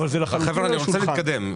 חבר'ה, אני רוצה להתקדם.